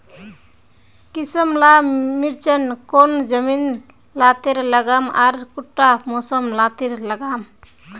किसम ला मिर्चन कौन जमीन लात्तिर लगाम आर कुंटा मौसम लात्तिर लगाम?